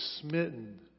smitten